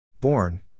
Born